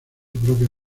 propia